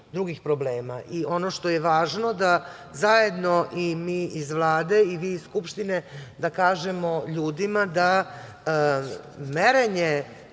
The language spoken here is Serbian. drugih problema. Ono što je važno, jeste da zajedno i mi iz Vlade i vi iz Skupštine kažemo ljudima da merenje